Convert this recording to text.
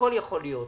הכול יכול להיות.